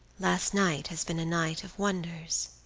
last night has been a night of wonders,